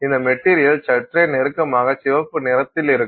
இந்த மெட்டீரியல் சற்றே நெருக்கமாக சிவப்பு நிறத்தில் இருக்கும்